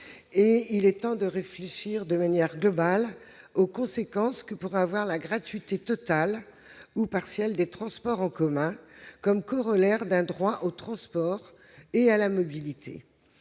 et il est temps de réfléchir de manière globale aux conséquences que pourrait avoir la gratuité totale ou partielle des transports en commun comme corollaire d'un droit au transport et à la mobilité.